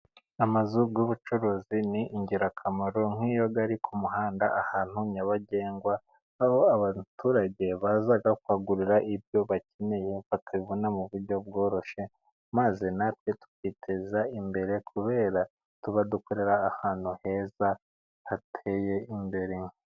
Amazu y'ubucuruzi ni ingirakamaro nk'iyo ari ku muhanda ahantu nyabagendwa, aho abaturage baza kuhagurira ibyo bakeneye bakabibona mu buryo bworoshye, maze natwe tukiteza imbere kubera ko tuba dukorera ahantu heza hateye imbere.